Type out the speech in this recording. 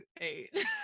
eight